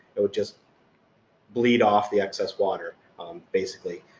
it would just bleed off the excess water basically.